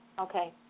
Okay